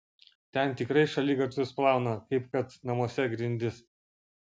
ten tikrai šaligatvius plauna kaip kad namuose grindis